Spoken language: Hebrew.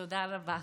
תודה רבה.